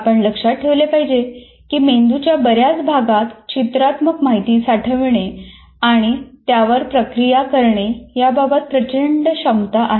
आपण लक्षात ठेवले पाहिजे की मेंदूच्या बऱ्याच भागात चित्रात्मक माहिती साठवणे आणि त्यावर प्रक्रिया करणे याबाबत प्रचंड क्षमता आहे